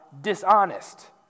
dishonest